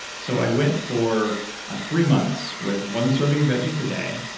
so i went for ah three months with one serving of veggies a day,